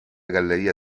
galleria